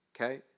okay